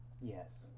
Yes